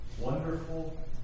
Wonderful